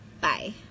Bye